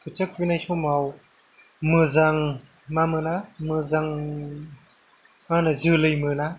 खोथिया खुबैनाय समाव मोजां मा मोना मोजां माहोनो जोलै मोना